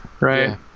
right